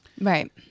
Right